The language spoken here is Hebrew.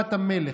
לתשורת המלך.